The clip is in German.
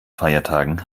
feiertagen